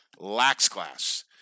LAXCLASS